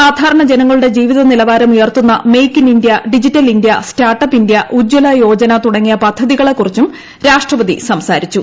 സാധാരണ ജനങ്ങളുടെ ജീവിത നിലവാരം ഉയർത്തുന്ന make in India digital India start up India Ujjwala Yojana തുടങ്ങിയ പദ്ധതികളെക്കുറിച്ചും രാഷ്ട്രപതി സംസാരിച്ചു